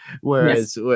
whereas